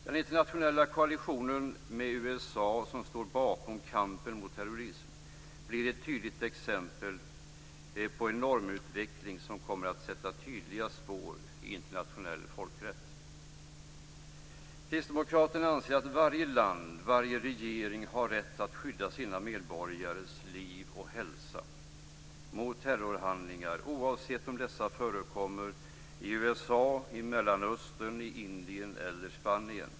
Den internationella koalitionen med USA, som står bakom kampen mot terrorismen, blir ett exempel på en normutveckling som kommer att sätta tydliga spår i internationell folkrätt. Kristdemokraterna anser att varje land och varje regering har rätt att skydda sina medborgares liv och hälsa mot terrorhandlingar, oavsett om dessa förekommer i USA, Mellanöstern, Indien eller Spanien.